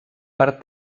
per